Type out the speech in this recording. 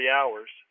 hours